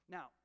Now